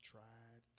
Tried